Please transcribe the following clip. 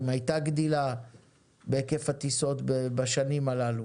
אם הייתה גדילה בהיקף הטיסות בשנים הללו.